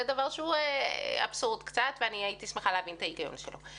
זה דבר שהוא אבסורד קצת והייתי שמחה להבין את ההיגיון שלו.